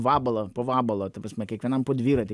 vabalą po vabalą ta prasme kiekvienam po dviratį